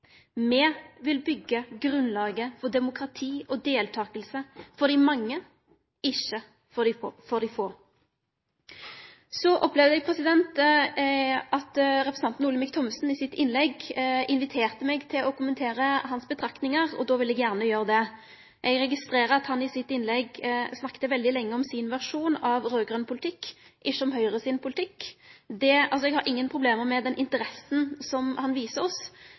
me bruker pengane på. Me vil byggje grunnlaget for demokrati og deltaking for dei mange, ikkje for dei få. Så opplever eg at representanten Olemic Thommessen i innlegget sitt inviterte meg til å kommentere betraktningane hans, og då vil eg gjerne gjere det. Eg registrerer at han i innlegget sitt snakka veldig lenge om sin versjon av raud-grøn politikk, ikkje om Høgre sin politikk. Eg har ingen problem med den interessa han viser oss,